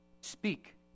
Speak